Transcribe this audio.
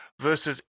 versus